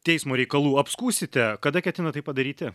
teismo reikalų apskųsite kada ketinat tai padaryti